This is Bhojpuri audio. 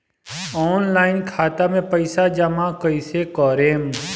ऑनलाइन खाता मे पईसा जमा कइसे करेम?